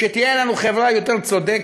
כשיש לנו חברה יותר צודקת,